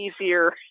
easier